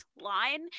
line